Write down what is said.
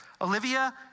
Olivia